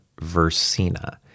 Versina*